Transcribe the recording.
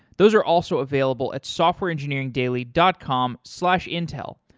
those are also available at softwareengineeringdaily dot com slash intel.